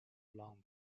long